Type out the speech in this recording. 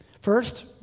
First